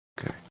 Okay